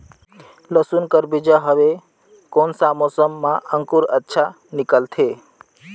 लसुन कर बीजा हवे कोन सा मौसम मां अंकुर अच्छा निकलथे?